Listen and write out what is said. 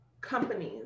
companies